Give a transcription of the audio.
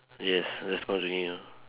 yes let's call Jin Yi ah